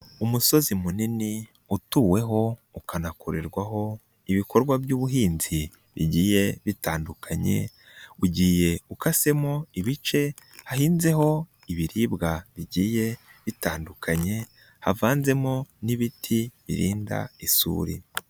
Umusozi munini utuweho, ukanakorerwaho ibikorwa by'ubuhinzi bigiye bitandukanye, ugiye ukasemo ibice, hahinzeho ibiribwa bigiye bitandukanye, havanzemo n'ibiti birinda isuri.